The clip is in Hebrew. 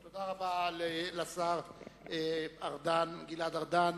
תודה רבה לשר גלעד ארדן,